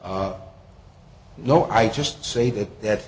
no i just say that that